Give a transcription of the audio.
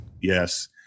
Yes